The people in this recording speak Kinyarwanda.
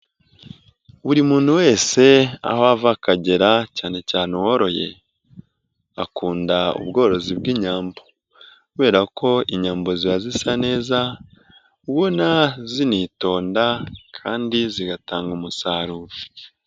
Buri muntu wese aho ava akagera cyane cyane uworoye, akunda ubworozi bw'inyambo kubera ko inyambo ziba zisa neza, ubona zinitonda kandi zigatanga umusaruro.